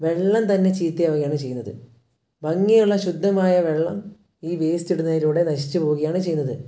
വെള്ളം തന്നെ ചീത്തയാവുകയാണ് ചെയ്യുന്നത് ഭംഗിയുള്ള ശുദ്ധമായ വെള്ളം ഈ വേസ്റ്റിടുന്നതിലൂടെ നശിച്ചു പോവുകയാണ് ചെയ്യുന്നത്